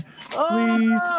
Please